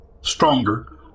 stronger